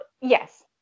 yes